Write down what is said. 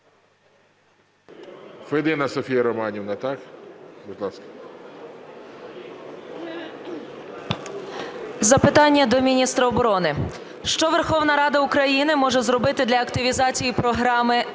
Запитання до міністра оборони. Що Верховна Рада України може зробити для активізації програми по